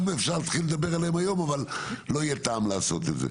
אפשר להתחיל לדבר עליהם היום אבל לא יהיה טעם לעשות את זה.